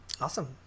awesome